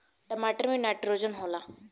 टमाटर मे नाइट्रोजन होला?